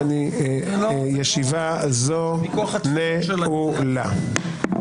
ישיבה זו נעולה.